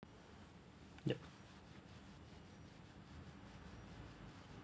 yup